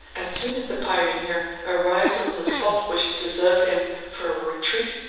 as soon as the pioneer arrives upon the spot which is to serve him for a retreat,